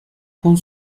con